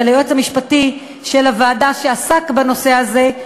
וליועץ המשפטי של הוועדה שעסק בנושא הזה,